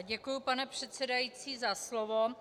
Děkuji, pane předsedající, za slovo.